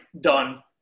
done